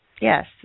Yes